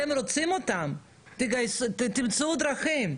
אתם רוצים אותם, תמצאו דרכים.